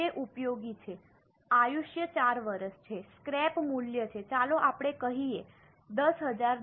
તે ઉપયોગી છે આયુષ્ય 4 વર્ષ છે સ્ક્રેપ મૂલ્ય છે ચાલો આપણે કહીએ 10000